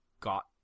got